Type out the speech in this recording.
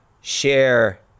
share